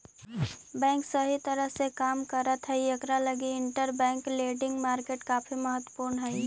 bank सही तरह से काम करैत हई इकरा लगी इंटरबैंक लेंडिंग मार्केट काफी महत्वपूर्ण हई